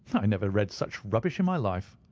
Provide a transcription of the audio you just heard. i never read such rubbish in my life.